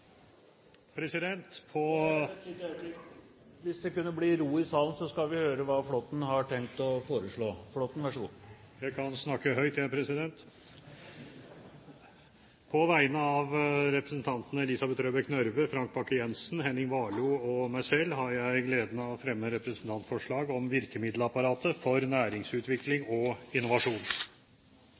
høyt. På vegne av representantene Elisabeth Røbekk Nørve, Frank Bakke-Jensen, Henning Warloe og meg selv har jeg gleden av å fremme representantforslag om virkemiddelapparatet for næringsutvikling og innovasjon.